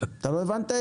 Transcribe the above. אתה לא הבנת את זה?